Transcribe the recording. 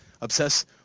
obsess